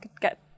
get